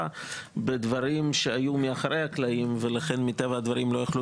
בדברים שהיו מאחורי הקלעים ולכן מטבע הדברים לא יכלו